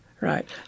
Right